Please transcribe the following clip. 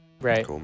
Right